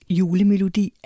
julemelodi